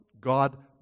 God